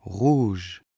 rouge